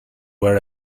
were